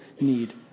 need